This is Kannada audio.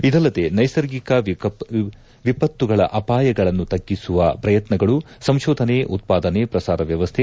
ಇದಲ್ಲದೆ ನೈಸರ್ಗಿಕ ವಿಪತ್ತುಗಳ ಅಪಾಯಗಳನ್ನು ತಗ್ಗಿಸುವ ಪ್ರಯತ್ನಗಳು ಸಂಶೋಧನೆ ಉತ್ಪಾದನೆ ಪ್ರಸಾರ ವ್ಯವಸ್ಥೆ